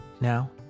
Now